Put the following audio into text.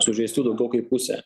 sužeistų daugiau kaip pusė